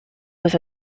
was